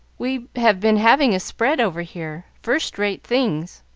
we have been having a spread over here. first-rate things.